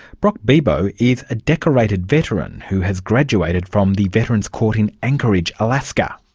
brock bebout is a decorated veteran who has graduated from the veterans' court in anchorage, alaska.